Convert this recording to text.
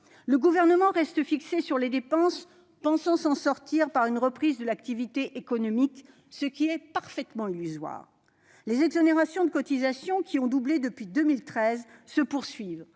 Le Gouvernement reste fixé sur les dépenses, pensant s'en sortir par une reprise de l'activité économique, ce qui est parfaitement illusoire. Les exonérations de cotisations, qui ont doublé depuis 2013, se poursuivent.